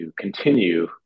continue